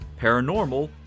paranormal